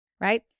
right